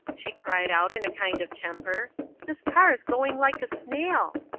she cried out in a kind of temper this car's going like a snail.